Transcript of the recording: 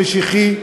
המשיחי,